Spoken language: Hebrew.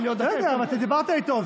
בסדר, אבל אתה דיברת איתו.